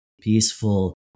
peaceful